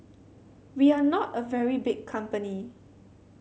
we are not a very big company